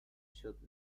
should